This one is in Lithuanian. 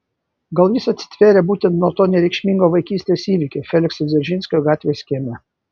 gal jis atsivėrė būtent nuo to nereikšmingo vaikystės įvykio felikso dzeržinskio gatvės kieme